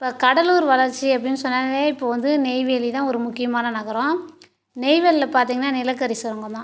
இப்போ கடலூர் வளர்ச்சி அப்படின்னு சொன்னாலே இப்போ வந்து நெய்வேலி தான் ஒரு முக்கியமான நகரம் நெய்வேலியில் பார்த்தீங்கன்னா நிலக்கரி சுரங்கம் தான்